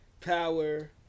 power